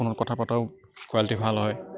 ফোনত কথা পতাও কোৱালিটি ভাল হয়